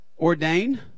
Ordain